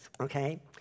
Okay